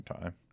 time